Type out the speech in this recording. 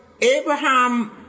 Abraham